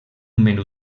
menú